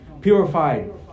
purified